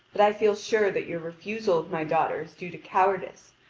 but i feel sure that your refusal of my daughter is due to cowardice,